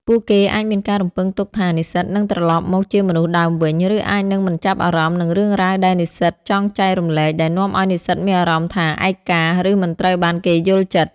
ពួកគេអាចមានការរំពឹងទុកថានិស្សិតនឹងត្រឡប់មកជាមនុស្សដើមវិញ ឬអាចនឹងមិនចាប់អារម្មណ៍នឹងរឿងរ៉ាវដែលនិស្សិតចង់ចែករំលែក ដែលនាំឱ្យនិស្សិតមានអារម្មណ៍ថាឯកា ឬមិនត្រូវបានគេយល់ចិត្ត។